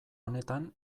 honetan